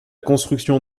construction